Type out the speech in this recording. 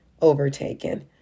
overtaken